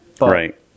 right